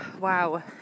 Wow